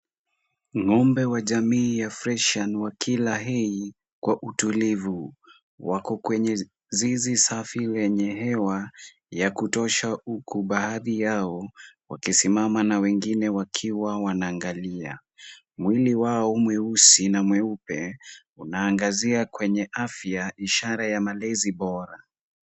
Ng'ombe wa jamii ya Freshian wakila hay kwa utulivu. Wako kwenye zizi safi lenye hewa ya kutosha huku baadhi yao wakisimama na wengine wakiwa wanaangalia. Mwili wao mweusi na mweupe unaangazia kwenye afya, ishara ya malezi bora.